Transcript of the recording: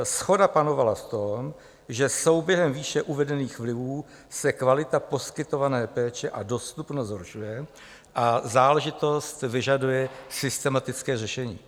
Shoda panovala v tom, že souběhem výše uvedených vlivů se kvalita poskytované péče a dostupnost zhoršuje a záležitost vyžaduje systematické řešení.